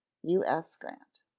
u s. grant.